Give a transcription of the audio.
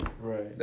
Right